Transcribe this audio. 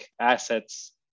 assets